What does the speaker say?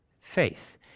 faith